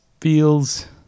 feels